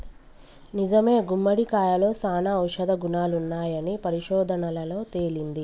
నిజమే గుమ్మడికాయలో సానా ఔషధ గుణాలున్నాయని పరిశోధనలలో తేలింది